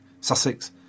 Sussex